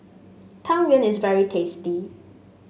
Tang Yuen is very tasty